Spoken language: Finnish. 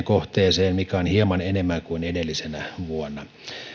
kohteeseen mikä on hieman enemmän kuin edellisenä vuonna